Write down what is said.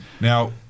Now